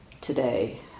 today